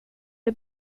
det